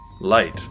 light